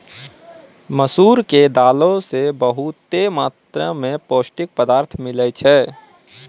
मसूर के दालो से बहुते मात्रा मे पौष्टिक पदार्थ मिलै छै